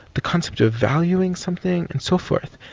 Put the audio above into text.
the concept of valuing something and so forth.